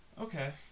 Okay